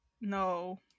no